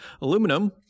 Aluminum